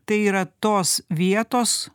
tai yra tos vietos